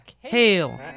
Hail